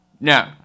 No